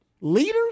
leaders